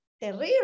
terrible